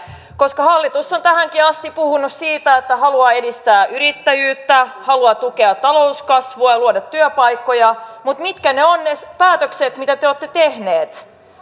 koska hallitus on tähänkin asti puhunut siitä että haluaa edistää yrittäjyyttä haluaa tukea talouskasvua ja luoda työpaikkoja mutta mitkä ovat ne päätökset mitä te olette tehneet kun